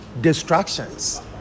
distractions